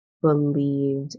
believed